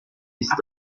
ist